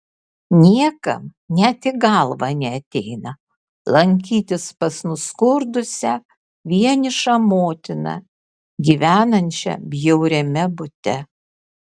niekam net į galvą neateina lankytis pas nuskurdusią vienišą motiną gyvenančią bjauriame bute